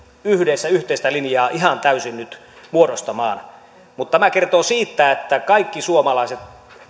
yhdessä yhteistä linjaa ihan täysin nyt muodostamaan mutta tämä kertoo siitä että kaikki suomalaiset